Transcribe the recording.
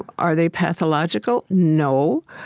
are they pathological? no.